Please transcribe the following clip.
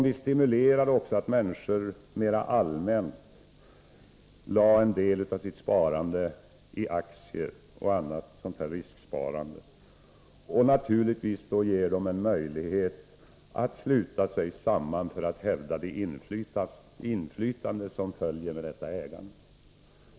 Detta uppnås genom att vi stimulerar människor till sparande i aktier och till annat risksparande samt ger dem möjlighet att sluta sig samman för att hävda det inflytande som följer med detta ägande.